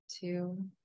two